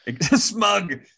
smug